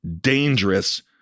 dangerous